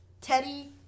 Teddy